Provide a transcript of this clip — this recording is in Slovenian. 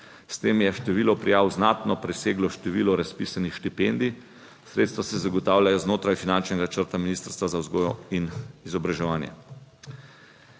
s tem je število prijav znatno preseglo število razpisanih štipendij. Sredstva se zagotavljajo znotraj finančnega načrta Ministrstva za vzgojo in izobraževanje.